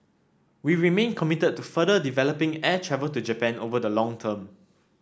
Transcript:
we remain committed to further developing air travel to Japan over the long term